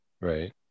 Right